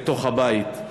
בתוך הבית,